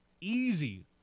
easy